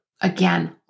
again